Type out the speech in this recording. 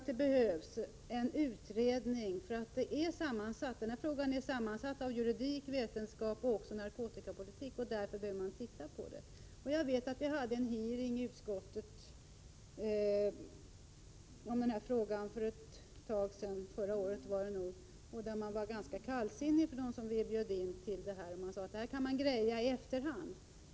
Den här frågan är ju både juridisk, vetenskaplig och narkotikapolitisk, och den behöver utredas. Vi hade en hearing i utskottet om dessa frågor förra året. De som vi hade bjudit dit var ganska kallsinniga. Man sade att man kan ”greja” detta i efterhand.